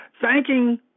thanking